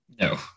no